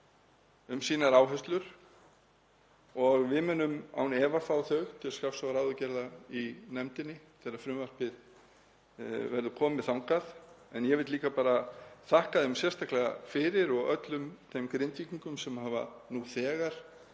um sínar áherslur. Við munum án efa fá þau til skrafs og ráðagerða í nefndinni þegar frumvarpið verður komið þangað en ég vil líka bara þakka þeim sérstaklega fyrir og öllum þeim Grindvíkingum sem hafa nú þegar